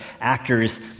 actors